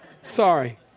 Sorry